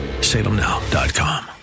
Salemnow.com